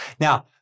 Now